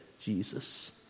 Jesus